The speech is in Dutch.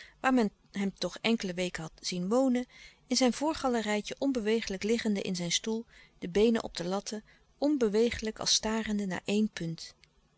waar men hem toch enkele weken had zien wonen in zijn voorgalerijtje onbewegelijk liggende in zijn stoel de beenen op de latten onbewegelijk als starende naar éen punt